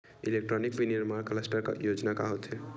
Electronic विनीर्माण cluster योजना का होथे?